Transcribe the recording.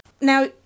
Now